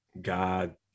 God